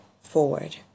forward